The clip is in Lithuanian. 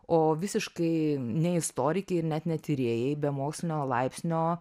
o visiškai ne istorikei ir net ne tyrėjai be mokslinio laipsnio